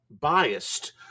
biased